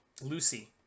Lucy